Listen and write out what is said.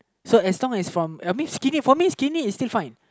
so as long as from I mean skinny for me skinny is still fine